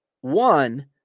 one